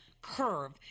curve